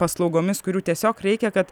paslaugomis kurių tiesiog reikia kad